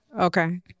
Okay